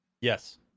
Yes